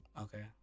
Okay